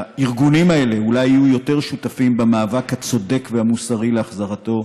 שהארגונים האלה אולי יהיו יותר שותפים במאבק הצודק והמוסרי להחזרתו,